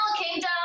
kingdom